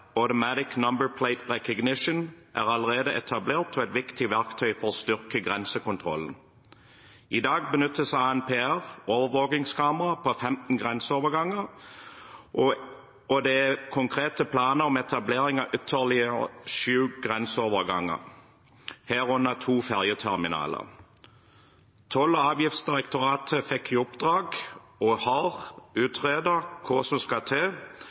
ANPR, Automatic number plate recognition – er allerede etablert og er et viktig verktøy for å styrke grensekontrollen. I dag benyttes ANPR-overvåkingskamera på 15 grenseoverganger, og det er konkrete planer om etablering på ytterligere sju grenseoverganger, herunder to ferjeterminaler. Toll- og avgiftsdirektoratet fikk i oppdrag å utrede – og har utredet – hva som skal til